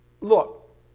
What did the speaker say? Look